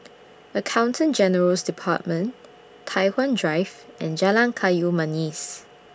Accountant General's department Tai Hwan Drive and Jalan Kayu Manis